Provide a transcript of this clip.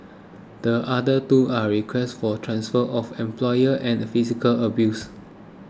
the other two are requests for transfer of employer and physical abuse